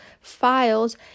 files